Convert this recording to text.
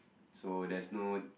so there's no